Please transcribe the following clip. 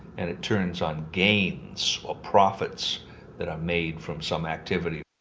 and it turns on gains or profits that are made from some activity.